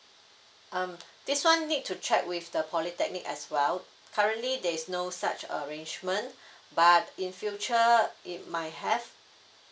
um this one need to check with the polytechnic as well currently there is no such arrangement but in future if might have